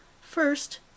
First